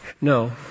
No